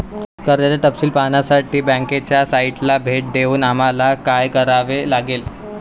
कर्जाचे तपशील पाहण्यासाठी बँकेच्या साइटला भेट देऊन आम्हाला काय करावे लागेल?